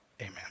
Amen